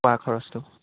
খোৱা খৰচটো